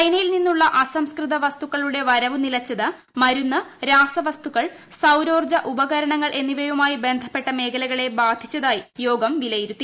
ചൈനയിൽ നിന്നുള്ള അസംസ്കൃത വസ്തുക്ക്ളുടെ വരവു നിലച്ചത് മരുന്ന് രാസവസ്തുക്കൾ സൌരോർജ്ജ ഉപകരണങ്ങൾ എന്നിവയുമായി ബന്ധപ്പെട്ട് മേഖലകളെ ബാധിച്ചതായി യോഗം വിലയിരുത്തി